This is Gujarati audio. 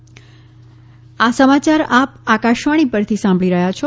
કોરોના અપીલ આ સમાચાર આપ આકાશવાણી પરથી સાંભળી રહ્યા છો